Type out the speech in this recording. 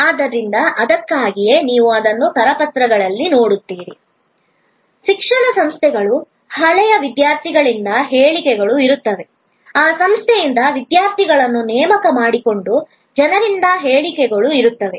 ಆದ್ದರಿಂದ ಅದಕ್ಕಾಗಿಯೇ ನೀವು ಅದನ್ನು ಕರಪತ್ರಗಳಲ್ಲಿ ನೋಡುತ್ತೀರಿ ಶಿಕ್ಷಣ ಸಂಸ್ಥೆಗಳು ಹಳೆಯ ವಿದ್ಯಾರ್ಥಿಗಳಿಂದ ಹೇಳಿಕೆಗಳು ಇರುತ್ತವೆ ಆ ಸಂಸ್ಥೆಯಿಂದ ವಿದ್ಯಾರ್ಥಿಗಳನ್ನು ನೇಮಕ ಮಾಡಿಕೊಂಡ ಜನರಿಂದ ಹೇಳಿಕೆಗಳು ಇರುತ್ತವೆ